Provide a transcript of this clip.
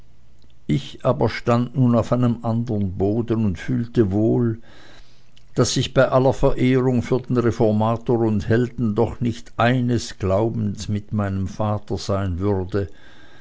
ich aber stand nun auf einem andern boden und fühlte wohl daß ich bei aller verehrung für den reformator und helden doch nicht eines glaubens mit meinem vater sein würde